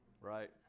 Right